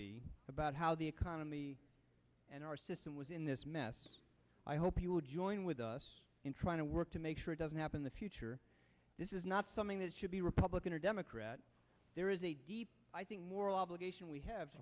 be about how the economy and our system was in this mess i hope you'll join with us in trying to work to make sure it doesn't happen the future this is not something that should be republican or democrat there is a deep i think moral obligation we have to